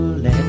let